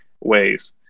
ways